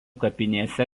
kapinėse